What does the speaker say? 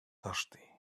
thirsty